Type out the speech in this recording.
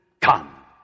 come